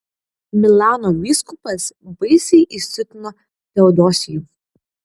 milano vyskupas baisiai įsiutino teodosijų